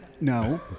no